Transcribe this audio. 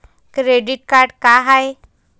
Credit card का हाय?